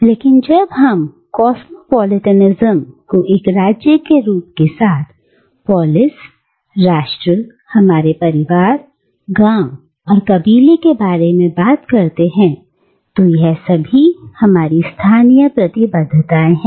लेकिन जब हम कॉस्मापॉलिटिनिज्म को एक राज्य के रूप के साथ पोलिस राष्ट्र हमारे परिवार गांव और कबीले के बारे में बात करते हैं तो यह सभी हमारी स्थानीय प्रतिबद्धताएं हैं